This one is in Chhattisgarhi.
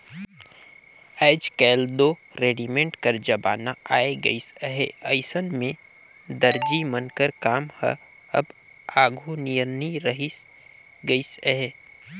आएज काएल दो रेडीमेड कर जमाना आए गइस अहे अइसन में दरजी मन कर काम हर अब आघु नियर नी रहि गइस अहे